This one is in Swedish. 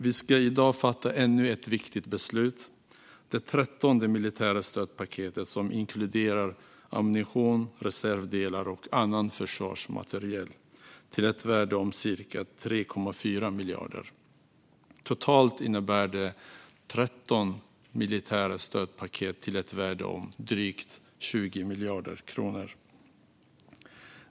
Vi ska i dag fatta ännu ett viktigt beslut, ett beslut om det 13:e militära stödpaketet som inkluderar ammunition, reservdelar och annan försvarsmateriel till ett värde av cirka 3,4 miljarder kronor. Totalt innebär detta 13 militära stödpaket till ett värde av drygt 20 miljarder kronor.